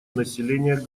населения